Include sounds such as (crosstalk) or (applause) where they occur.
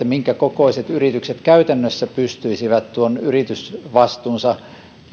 (unintelligible) minkä kokoiset yritykset käytännössä pystyisivät tuon yritysvastuunsa